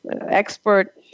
expert